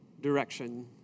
direction